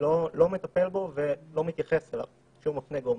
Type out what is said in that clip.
לא מטפל בו ולא מתייחס אליו כשהוא מפנה גורמים.